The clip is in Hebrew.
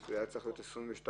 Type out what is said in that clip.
שזה צריך היה להיות סעיף 22(ב)?